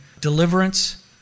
deliverance